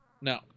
No